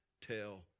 tell